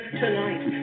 tonight